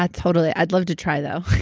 ah totally. i'd love to try, though.